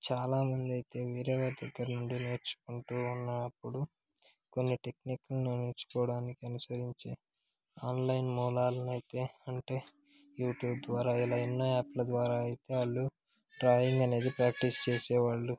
చాలామంది అయితే వేరే వారి దగ్గర నుండి నేర్చుకుంటూ ఉన్నప్పుడు కొన్ని టెక్నిక్ను నేర్చుకోవడానికి అనుసరించి ఆన్లైన్ మూలాలనైతే అంటే యూట్యూబ్ ద్వారా ఇలా ఎన్నో యాప్ల ద్వారా అయితే వాళ్ళు డ్రాయింగ్ అనేది ప్రాక్టీస్ చేసేవాళ్ళు